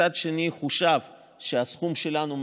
מצד שני חוּשב שהסכום שלנו,